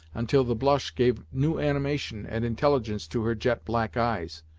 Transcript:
until the blush gave new animation and intelligence to her jet-black eyes.